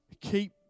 keep